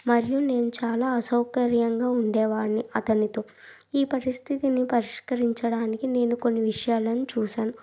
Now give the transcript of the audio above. మరియు నేను చాలా అసౌకర్యంగా ఉండేవాణ్ణి అతనితో ఈ పరిస్థితిని పరిష్కరించడానికి నేను కొన్ని విషయాలను చూశాను